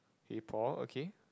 hey Paul okay